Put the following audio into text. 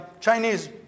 Chinese